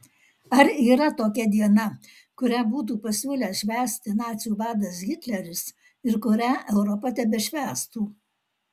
ar yra tokia diena kurią būtų pasiūlęs švęsti nacių vadas hitleris ir kurią europa tebešvęstų